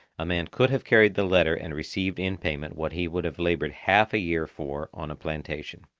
a man could have carried the letter and received in payment what he would have laboured half a year for on a plantation.